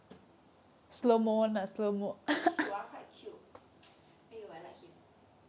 cute ah quite cute !aiyo! I like him